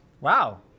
wow